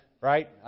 right